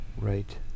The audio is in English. Right